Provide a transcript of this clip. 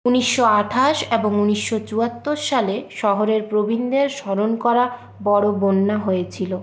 উনিশশো আটাশ এবং উনিশশো চুয়াত্তর সালে শহরের প্রবীণদের স্মরণ করা বড় বন্যা হয়েছিল